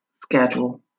schedule